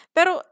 Pero